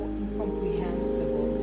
incomprehensible